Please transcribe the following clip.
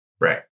Right